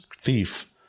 thief